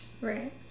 Right